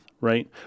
right